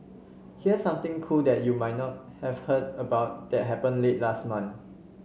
here's something cool that you might not have heard about that happened late last month